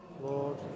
Lord